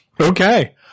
okay